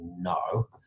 no